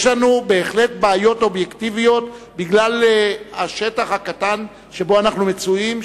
יש לנו בעיות אובייקטיביות בגלל השטח הקטן שבו אנחנו מצויים,